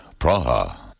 Praha